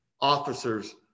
officers